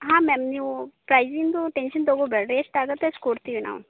ಹಾಂ ಮ್ಯಾಮ್ ನೀವು ಪ್ರೈಸಿಂದು ಟೆನ್ಷನ್ ತೊಗೋಬೇಡ್ರಿ ಎಷ್ಟು ಆಗುತ್ತೆ ಅಷ್ಟು ಕೊಡ್ತೀವಿ ನಾವು